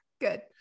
good